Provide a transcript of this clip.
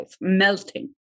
melting